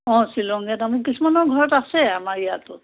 অঁ শ্বিলঙীয়া তামোল কিছুমানৰ ঘৰত আছে আমাৰ ইয়াতো